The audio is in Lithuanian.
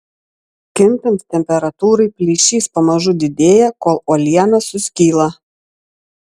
kintant temperatūrai plyšys pamažu didėja kol uoliena suskyla